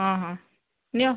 ହଁ ହଁ ନିଅ